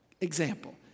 Example